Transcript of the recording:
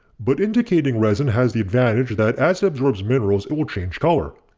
but indicating resin has the advantage that as it absorbs minerals it will change color.